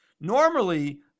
Normally